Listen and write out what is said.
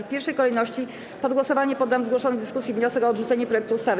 W pierwszej kolejności pod głosowanie poddam zgłoszony w dyskusji wniosek o odrzucenie projektu ustawy.